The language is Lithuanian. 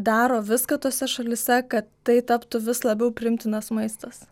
daro viską tose šalyse kad tai taptų vis labiau priimtinas maistas